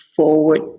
Forward